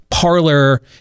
parlor